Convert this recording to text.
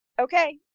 okay